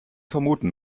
vermuten